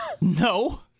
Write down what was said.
No